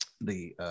the-